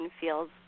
feels